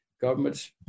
Governments